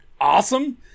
awesome